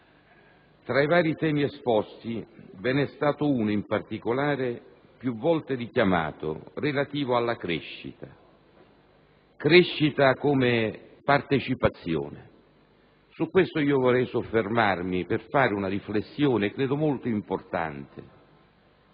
Tra i vari temi esposti, ve ne è stato uno in particolare, più volte richiamato, relativo alla crescita come partecipazione. Su questo vorrei soffermarmi per fare una riflessione che ritengo molto importante.